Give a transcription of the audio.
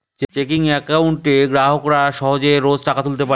checking একাউন্টে গ্রাহকরা সহজে রোজ টাকা তুলতে পারে